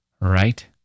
Right